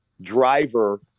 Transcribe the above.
driver